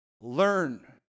Learn